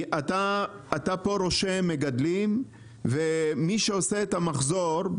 אתה פה רושם מגדלים ומי שעושה את המחזור,